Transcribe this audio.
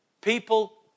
people